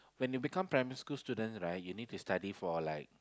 when you become primary school students right you need to study for like